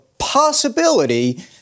possibility